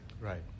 right